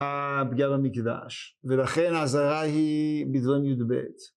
הפגיעה במקדש, ולכן ההזהרה היא בדברים יוד בית.